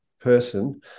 person